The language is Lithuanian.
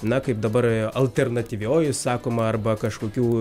na kaip dabar alternatyvioji sakoma arba kažkokių